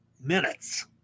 minutes